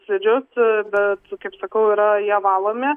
slidžius bet kaip sakau yra jie valomi